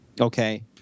Okay